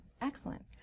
excellent